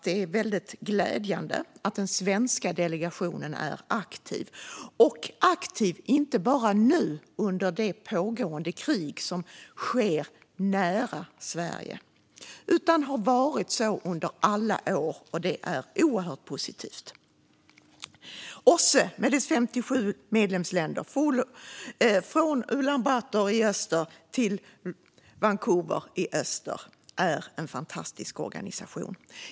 Det är väldigt glädjande att den svenska delegationen inte bara är aktiv nu under det pågående krig som sker nära Sverige utan har varit så under alla år. Det är oerhört positivt. OSSE med dess 57 medlemsländer, från Ulan Bator i öster till Vancouver i väster, är en fantastisk organisation.